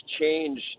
change